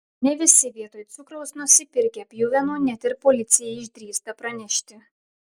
ne visi vietoj cukraus nusipirkę pjuvenų net ir policijai išdrįsta pranešti